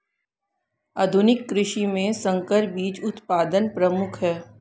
आधुनिक कृषि में संकर बीज उत्पादन प्रमुख है